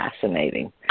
Fascinating